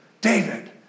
David